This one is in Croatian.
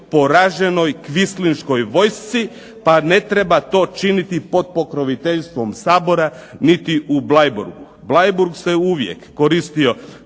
poraženoj kvislinškoj vojsci, pa ne treba to činiti pod pokroviteljstvom Sabora niti u Bleiburgu. Bleiburg se uvijek koristio